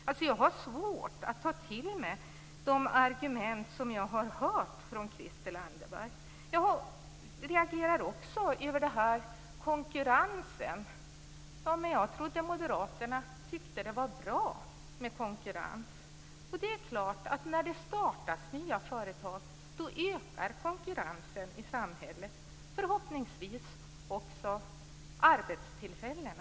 Jag har faktiskt svårt att ta till mig de argument jag har hört från Christel Anderberg. Jag reagerar också över det hon säger om konkurrensen. Jag trodde att Moderaterna tycker att det är bra med konkurrens. När nya företag startas ökar förstås konkurrensen i samhället och förhoppningsvis också arbetstillfällena.